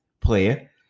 player